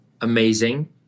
amazing